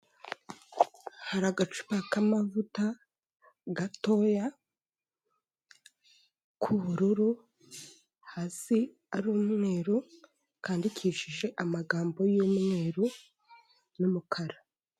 Hari agacupa k'amavuta gatoya k'ubururu, hasi ari umweru, kandidikishije amagambo y'umweru n'umukara.